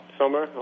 summer